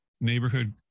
Neighborhood